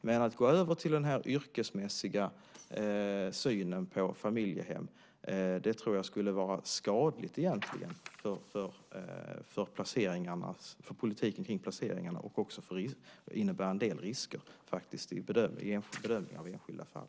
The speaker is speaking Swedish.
Men att gå över till en yrkesmässig syn på familjehem tror jag skulle vara skadligt för politiken kring placeringarna och också innebära en del risker i bedömningen av enskilda fall.